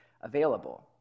available